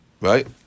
right